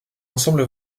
ensemble